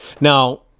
now